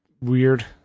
weird